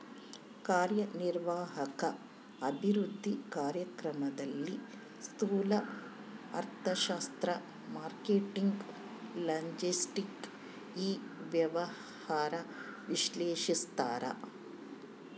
ಕಾರ್ಯನಿರ್ವಾಹಕ ಅಭಿವೃದ್ಧಿ ಕಾರ್ಯಕ್ರಮದಲ್ಲಿ ಸ್ತೂಲ ಅರ್ಥಶಾಸ್ತ್ರ ಮಾರ್ಕೆಟಿಂಗ್ ಲಾಜೆಸ್ಟಿಕ್ ಇ ವ್ಯವಹಾರ ವಿಶ್ಲೇಷಿಸ್ತಾರ